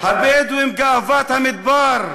הבדואים גאוות המדבר,